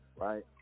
right